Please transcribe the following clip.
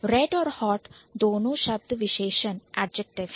Red और Hot दोनों शब्द विशेषण है